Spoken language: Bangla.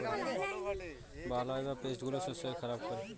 বালাই বা পেস্ট গুলো শস্যকে খারাপ করে